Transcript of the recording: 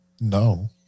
no